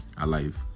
alive